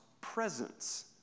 presence